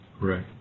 Right